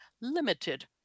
limited